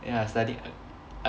ya I study ac~